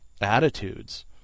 attitudes